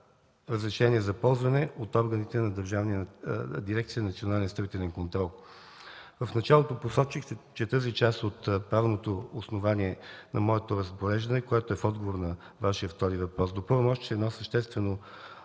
за ползване от органите на Дирекцията за национален строителен контрол. В началото посочих част от правното основание на моето разпореждане, което е в отговор на Вашия втори въпрос, допълвам още, че едно съществено